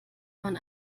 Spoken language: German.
man